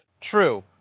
True